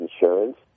insurance